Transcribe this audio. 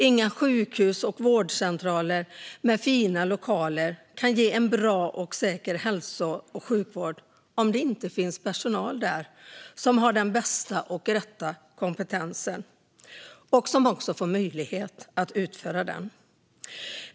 Inga sjukhus och vårdcentraler med fina lokaler kan ge en bra och säker hälso och sjukvård om det inte finns personal där som har den bästa och rätta kompetensen och som också får möjlighet att använda den.